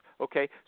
okay